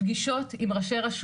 זכויות לתעסוקה שתחולק שם בין הרשויות